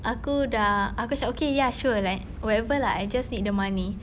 aku sudah aku cakap okay ya sure like whatever lah I just need the money